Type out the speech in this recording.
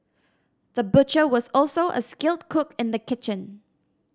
the butcher was also a skilled cook in the kitchen